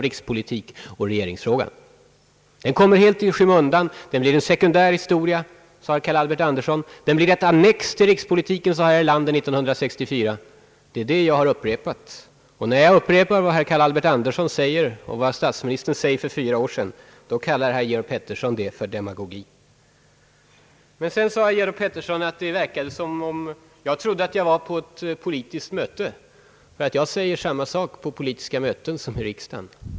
Rikspolitiken och regeringsfrågan kommer att dominera, de kommunala problemen blir en sekundär historia, som kommer helt i skymundan, sade herr Anderson. Den kommunala politiken blir ett »annex» till rikspolitiken med gemensam valdag, sade herr Erlander 1964. Det är detta jag har upprepat. Men när jag säger samma saker som herr Carl Albert Anderson nyss och statsministern för fyra år sedan, då kallar herr Georg Pettersson det för »demagogi». Vidare sade herr Pettersson att det verkade som om jag trodde att jag var på ett politiskt möte, därför att jag säger samma saker i riksdagen som på politiska möten.